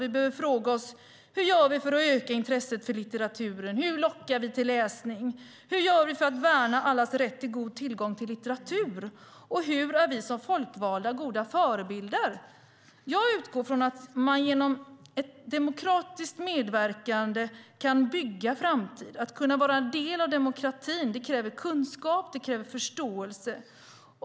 Vi behöver fråga oss hur vi gör att öka intresset för litteraturen. Hur lockar vi till läsning? Hur gör vi för att värna allas rätt till god tillgång till litteratur? Hur är vi som folkvalda goda förebilder? Jag utgår från att man genom ett demokratiskt medverkande kan bygga framtid. Att kunna vara en del av demokratin kräver kunskap och förståelse.